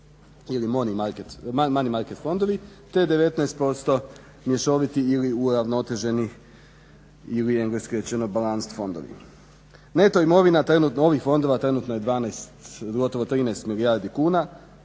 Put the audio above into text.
ili many market fondovi te 19% mješoviti ili uravnoteženih ili engleski rečeno balans fondovi. Neto imovina trenutno ovih fondova trenutno je 12 gotovo 13 milijardi kuna